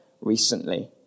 recently